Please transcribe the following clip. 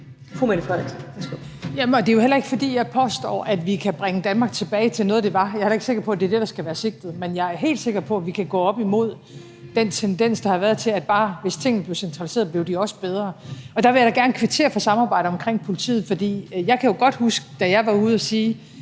Det er jo heller ikke, fordi jeg påstår, at vi kan bringe Danmark tilbage til noget, det var, og jeg er heller ikke sikker på, at det er det, der skal være sigtet, men jeg er helt sikker på, at vi kan gå op imod den tendens, der har været, til, at hvis tingene bare blev centraliseret, blev de også bedre. Og der vil jeg da gerne kvittere for samarbejdet om politiet, for jeg kan jo godt huske, da jeg var ude at sige,